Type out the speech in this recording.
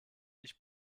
ich